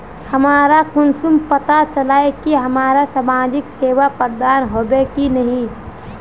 हमरा कुंसम पता चला इ की हमरा समाजिक सेवा प्रदान होबे की नहीं?